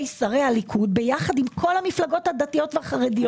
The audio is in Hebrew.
שרי הליכוד ביחד עם כל המפלגות הדתיות והחרדיות.